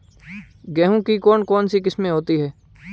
गेहूँ की कौन कौनसी किस्में होती है?